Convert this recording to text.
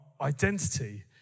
identity